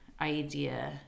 idea